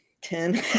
ten